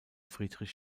friedrich